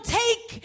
take